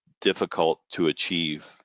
difficult-to-achieve